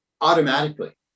automatically